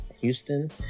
Houston